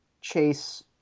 Chase